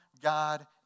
God